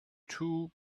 two